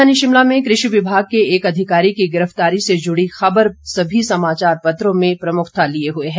राजधानी शिमला में कृषि विभाग के एक अधिकारी की गिरफ्तारी से जुड़ी खबर सभी समाचार पत्रों में प्रमुखता लिए हुए है